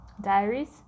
diaries